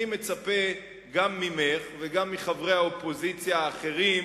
אני מצפה גם ממך וגם מחברי האופוזיציה האחרים